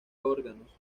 órganos